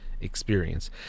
experience